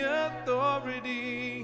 authority